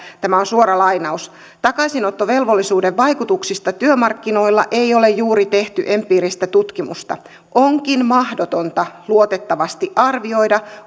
tämä on suora lainaus takaisinottovelvollisuuden vaikutuksista työmarkkinoilla ei ole juuri tehty empiiristä tutkimusta onkin mahdotonta luotettavasti arvioida